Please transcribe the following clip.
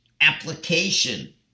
application